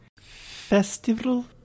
festival